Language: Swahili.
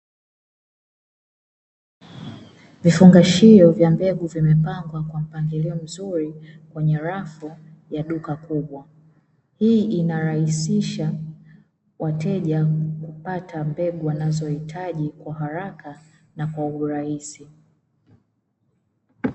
Vifungashio vya mbegu vimepangwa kwa mpangilio mzuri kwenye rafu la duka kubwa. Hii inarahisisha wateja kupata mbegu wanazohitaji kwa haraka na kwa urahisi.